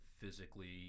physically